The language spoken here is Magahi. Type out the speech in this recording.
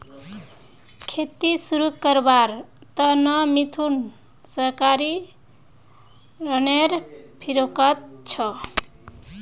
खेती शुरू करवार त न मिथुन सहकारी ऋनेर फिराकत छ